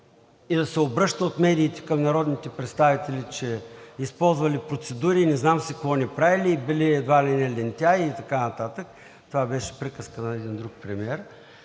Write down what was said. и да се обръща от медиите към народните представители, че използвали процедури и не знам си какво не правили, били едва ли не лентяи и така нататък, това беше приказка на един друг премиер,